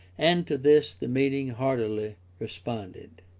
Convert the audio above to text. and to this the meeting heartily responded.